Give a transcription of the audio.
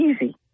easy